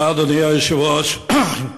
אדוני היושב-ראש,